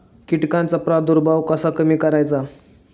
कीटकांचा प्रादुर्भाव कसा कमी करायचा?